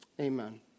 Amen